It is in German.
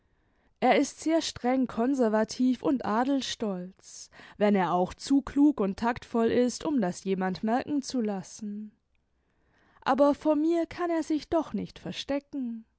er ist sehr streng konservativ und adelsstolz wenn er auch zu klug und taktvoll ist um das jemand merken zu lassen aber vor mir kann er sich doch nicht verstecken